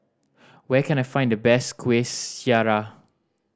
where can I find the best Kueh Syara